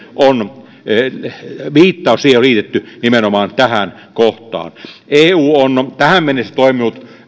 on liitetty nimenomaan tähän kohtaan eu on tähän mennessä toiminut